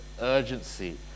urgency